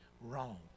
wrong